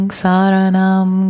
saranam